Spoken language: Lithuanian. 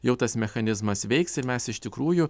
jau tas mechanizmas veiks ir mes iš tikrųjų